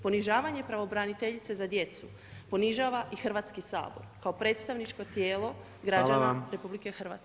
Ponižavanjem Pravobraniteljice za djecu, ponižava i Hrvatski sabor, kao predstavničko tijelo građana RH.